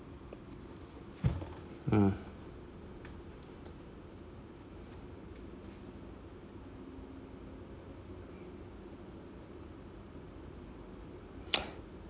hmm